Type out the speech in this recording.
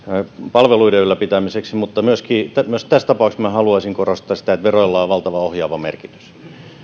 palveluiden ylläpitämiseksi mutta myös tässä tapauksessa haluaisin korostaa sitä että veroilla on valtava ohjaava merkitys